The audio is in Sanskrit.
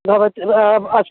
भवति अस्तु